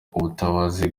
ubutabazi